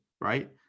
right